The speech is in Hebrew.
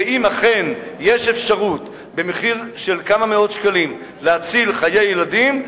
ואם אכן יש אפשרות במחיר של כמה מאות שקלים להציל חיי ילדים,